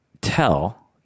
tell